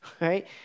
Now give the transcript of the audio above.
Right